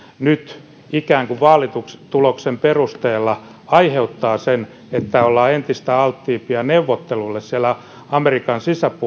nyt ikään kuin vaalituloksen perusteella aiheuttaa sen että ollaan entistä alttiimpia neuvottelulle siellä amerikan